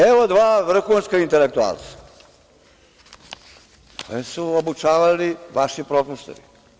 Evo, dva vrhunska intelektualca koje su obučavali vaši profesori.